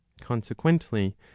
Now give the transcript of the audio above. Consequently